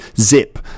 Zip